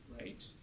right